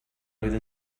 oedd